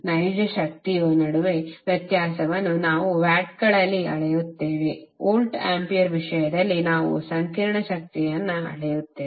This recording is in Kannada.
ನೈಜ ಶಕ್ತಿಯ ನಡುವೆ ವ್ಯತ್ಯಾಸವನ್ನು ನಾವು ವ್ಯಾಟ್ಗಳಲ್ಲಿ ಅಳೆಯುತ್ತೇವೆ ವೋಲ್ಟ್ ಆಂಪಿಯರ್ ವಿಷಯದಲ್ಲಿ ನಾವು ಸಂಕೀರ್ಣ ಶಕ್ತಿಯನ್ನು ಅಳೆಯುತ್ತೇವೆ